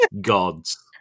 Gods